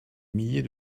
milliers